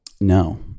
No